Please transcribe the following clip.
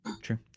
true